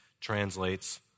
translates